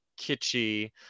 kitschy